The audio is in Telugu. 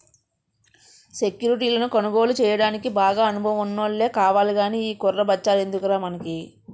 సెక్యురిటీలను కొనుగోలు చెయ్యడానికి బాగా అనుభవం ఉన్నోల్లే కావాలి గానీ ఈ కుర్ర బచ్చాలెందుకురా మనకి